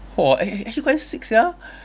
!whoa! eh eh actually quite sick sia